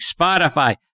Spotify